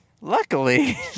Luckily